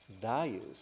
values